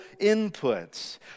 inputs